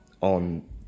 on